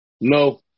no